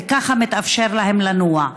וככה מתאפשר להם לנוע.